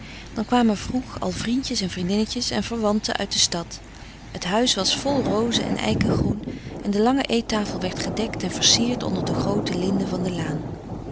dan kwamen vroeg al vriendjes en vriendinnetjes en verwanten uit de stad het huis was vol rozen en eikengroen en de lange eettafel werd gedekt en versierd onder de groote linden van de laan